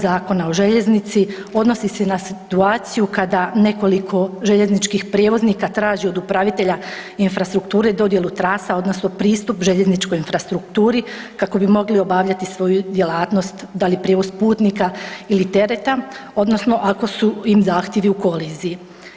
Zakona o željeznici odnosi se na situaciju kada nekoliko željezničkih prijevoznika traži od upravitelja Infrastrukture dodjelu trasa odnosno pristup željezničkoj infrastrukturi kako bi mogli obavljati svoju djelatnost, da li prijevoz putnika ili tereta odnosno ako su im zahtjevi u koliziji.